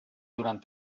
durant